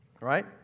Right